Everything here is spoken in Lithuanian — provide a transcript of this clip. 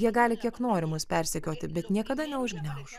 jie gali kiek nori mus persekioti bet niekada neužgniauš